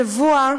שבוע,